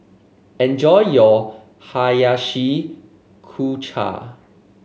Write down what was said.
enjoy your Hiyashi Chuka